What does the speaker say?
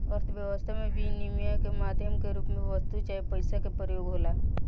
अर्थव्यस्था में बिनिमय के माध्यम के रूप में वस्तु चाहे पईसा के प्रयोग होला